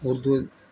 Urdu